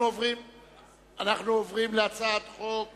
אנחנו עוברים להצעת חוק